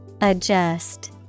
Adjust